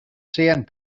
sand